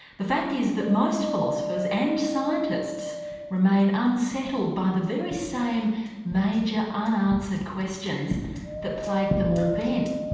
the fact is that most philosophers and scientists remain unsettled by the very same major unanswered questions that plagued them all then?